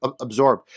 absorb